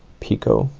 picot.